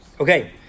Okay